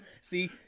See